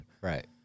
Right